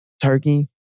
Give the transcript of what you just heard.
turkey